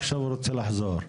עכשיו הוא רוצה לחזור.